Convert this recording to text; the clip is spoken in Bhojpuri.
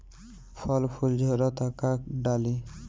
फल फूल झड़ता का डाली?